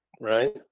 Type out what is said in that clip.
right